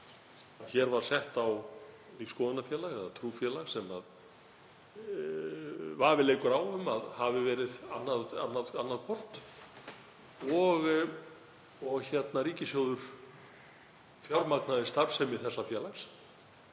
Hér var sett á lífsskoðunarfélag eða trúfélag, sem vafi leikur á að hafi verið annað hvort, og ríkissjóður fjármagnaði starfsemi þess félags